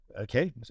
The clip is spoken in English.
okay